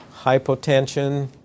hypotension